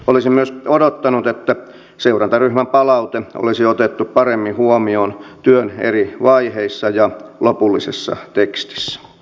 olisin myös odottanut että seurantaryhmän palaute olisi otettu paremmin huomioon työn eri vaiheissa ja lopullisessa tekstissä